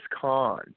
con